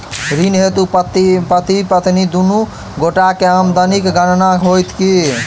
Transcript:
ऋण हेतु पति पत्नी दुनू गोटा केँ आमदनीक गणना होइत की?